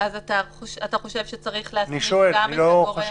אתה חושב שצריך להכניס גם את הגורם המוסמך?